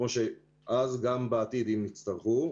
כמו שגם בעתיד אם יצטרכו,